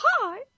hi